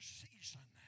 season